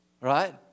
Right